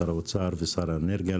שר האוצר ושר האנרגיה,